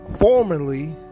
formerly